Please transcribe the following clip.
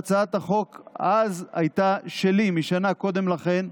שהצעת החוק אז הייתה שלי משנה קודם לכן,